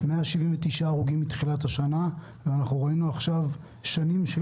179 הרוגים מתחילת השנה ואנחנו ראינו עכשיו שנים של